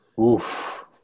Oof